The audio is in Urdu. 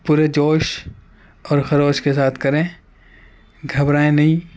پورے جوش اور خروش کے ساتھ کریں گھبرائیں نہیں